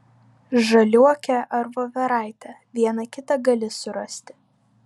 žaliuokę ar voveraitę vieną kitą gali surasti